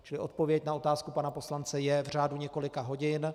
Čili odpověď na otázku pana poslance je: v řádu několika hodin.